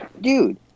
Dude